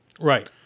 Right